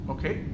Okay